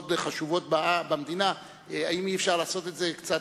חשובות במדינה אם אי-אפשר לעשות את זה יותר מהר.